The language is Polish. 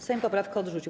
Sejm poprawkę odrzucił.